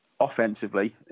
offensively